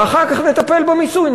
ואחר כך נטפל במיסוי.